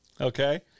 Okay